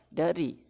dari